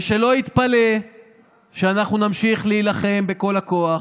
ושלא יתפלא שאנחנו נמשיך להילחם בכל הכוח,